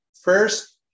First